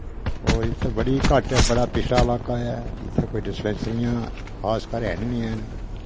होर इत्थैं बड़ी घट्ट ऐ बड़ा पिछड़ा लाका ऐ इत्थैं कोई डिस्पेंसरियां खास कर हैन नि हैन